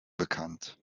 bekannt